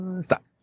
Stop